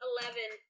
Eleven